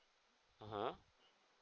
(uh huh)